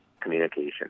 Communication